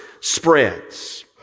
spreads